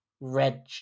Red